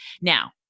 Now